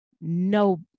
No